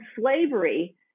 slavery